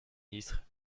ministre